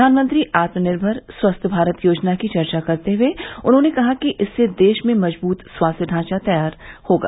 प्रधानमंत्री आत्मनिर्भर स्वस्थ भारत योजना की चर्चा करते हुए उन्होंने कहा कि इससे देश में मजबूत स्वास्थ्य ढांचा तंत्र तैयार होगा